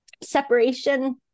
separation